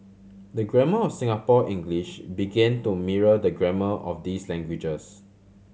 the grammar of Singapore English began to mirror the grammar of these languages